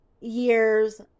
years